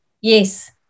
Yes